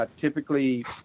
Typically